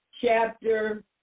chapter